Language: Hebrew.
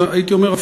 והייתי אומר,